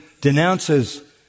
denounces